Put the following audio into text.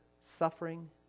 suffering